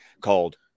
called